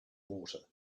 water